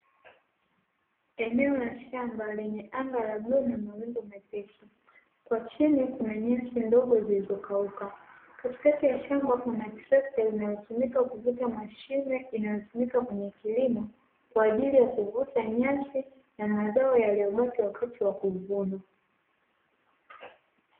Eneo la shamba lenye anga la bluu na mawingu mepesi kwa chini, kuna nyasi ndogo zilizokauka katika ya shamba kuna trekta inayotumika kuvuta mashine, inayotumika kwenye kilimo kwaajili ya kuvuta nyasi na mazao yaliyobaki wakati wa kuvuna.